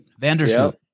Vandersloot